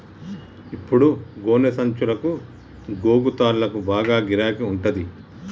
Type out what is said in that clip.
ఇప్పుడు గోనె సంచులకు, గోగు తాళ్లకు బాగా గిరాకి ఉంటంది